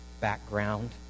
background